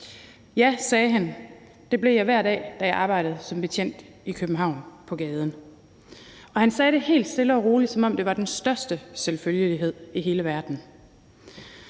Ja, sagde han – det blev jeg hver dag, da jeg arbejdede som betjent på gaden i København. Og han sagde det helt stille og roligt, som om det var den største selvfølgelighed i hele verden.